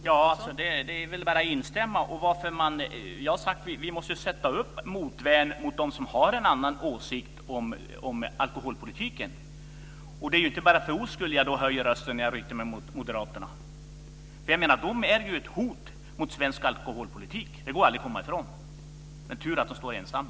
Fru talman! Det är väl bara att instämma. Vi måste sätta upp motvärn mot de som har en annan åsikt om alkoholpolitiken. Det är inte bara för ro skull som jag höjer rösten när jag diskuterar med moderaterna. De utgör ju ett hot mot svensk alkoholpolitik, det går aldrig att komma ifrån. Det är tur att de står ensamma.